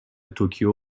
توکیو